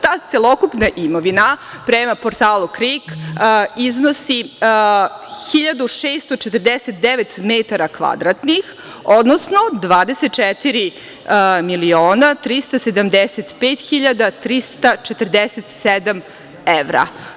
Ta celokupna imovina, prema portalu KRIK iznosi 1.649 metara kvadratnih, odnosno 24 miliona 375 hiljada 347 evra.